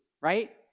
right